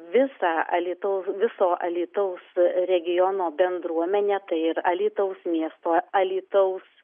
visą alytaus viso alytaus regiono bendruomenę tai ir alytaus miesto alytaus